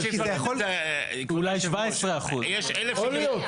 אולי 17%. יכול להיות.